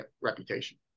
reputation